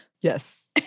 Yes